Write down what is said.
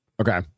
Okay